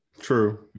True